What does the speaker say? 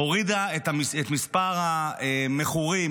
הורידה את מספר המכורים,